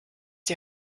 die